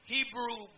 Hebrew